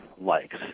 likes